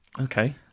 Okay